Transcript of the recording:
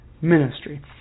ministry